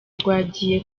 rwagiye